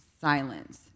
silence